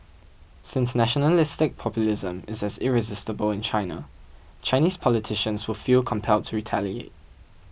since nationalistic populism is as irresistible in China Chinese politicians will feel compelled to retaliate